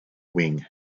wing